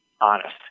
honest